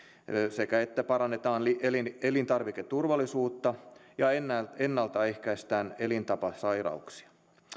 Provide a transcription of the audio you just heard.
sekä sitä että parannetaan elintarviketurvallisuutta ja ennalta ehkäistään elintapasairauksia